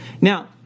Now